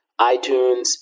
iTunes